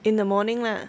in the morning lah